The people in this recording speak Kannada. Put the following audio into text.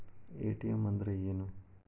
ಎ.ಟಿ.ಎಂ ಅಂದ್ರ ಏನು?